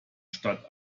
statt